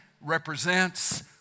represents